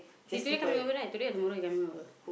today you coming over right today or tomorrow you coming over